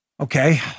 Okay